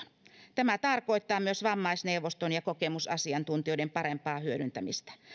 tämä tarkoittaa myös vammaisneuvoston ja kokemusasiantuntijoiden parempaa hyödyntämistä